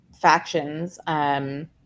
factions